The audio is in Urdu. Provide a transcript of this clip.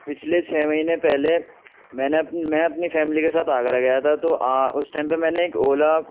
پچھلے چھ مہینے پہلے میں نے میں اپنی فیملی کے ساتھ آگرہ گیا تھا تو اس ٹائم پہ میں نے ایک اولا